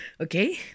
okay